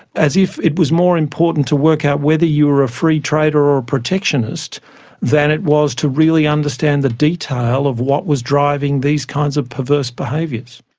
as if it was more important to work out whether you were a free trader or a protectionist than it was to really understand the detail of what was driving these kinds of perverse behaviours.